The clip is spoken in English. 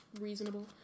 reasonable